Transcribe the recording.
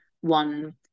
one